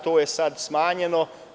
To je sada smanjeno.